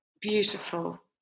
beautiful